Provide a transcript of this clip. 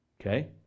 okay